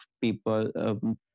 people